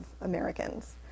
Americans